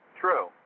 True